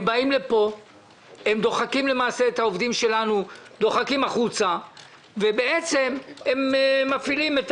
הם באים לפה ודוחקים למעשה את העובדים שלנו החוצה ובעצם הם מפעילים את